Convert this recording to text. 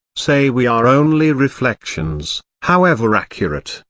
say we are only reflections, however accurate,